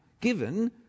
given